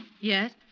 Yes